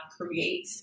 create